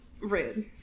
rude